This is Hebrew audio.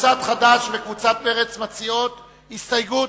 קבוצת חד"ש וקבוצת מרצ מציעות הסתייגות.